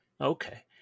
Okay